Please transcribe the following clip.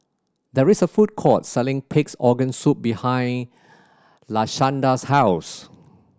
there is a food court selling Pig's Organ Soup behind Lashanda's house